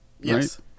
Yes